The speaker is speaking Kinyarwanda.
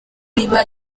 riba